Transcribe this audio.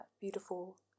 beautiful